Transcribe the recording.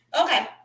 Okay